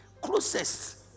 closest